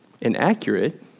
inaccurate